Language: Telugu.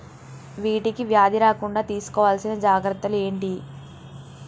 వీటికి వ్యాధి రాకుండా తీసుకోవాల్సిన జాగ్రత్తలు ఏంటియి?